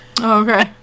Okay